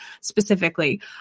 specifically